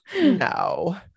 No